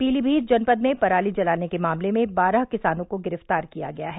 पीलीमीत जनपद में पराली जलाने के मामले में बारह किसानों को गिरफ्तार किया गया है